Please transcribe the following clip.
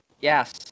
yes